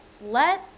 let